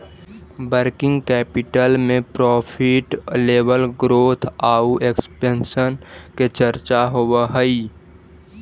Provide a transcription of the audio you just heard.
working capital में profit level growth आउ expansion के चर्चा होवऽ हई